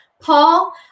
Paul